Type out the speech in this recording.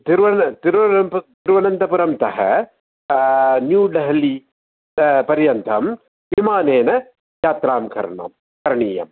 तिरुवन तिरुवनंपु तिरुवनन्तपुरं तः न्यू डेहल्लि पर्यन्तं विमानेन यत्रां करणं करणीयम्